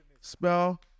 spell